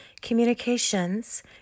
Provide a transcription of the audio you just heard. communications